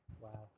Wow